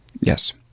Yes